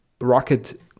rocket